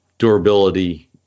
Durability